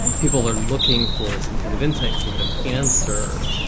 people are looking for some kind of insight sort of answer.